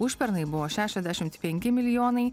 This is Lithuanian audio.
užpernai buvo šešiasdešimt penki milijonai